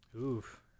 Oof